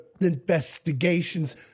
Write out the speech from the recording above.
investigations